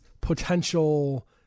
potential